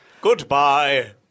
Goodbye